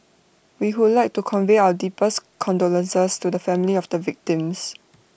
we would like to convey our deepest condolences to the families of the victims